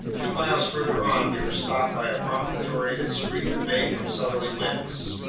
two miles farther on, we were stopped by a promontory that screened the bay from southerly winds.